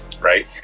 right